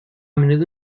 menudo